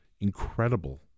incredible